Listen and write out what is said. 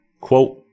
Quote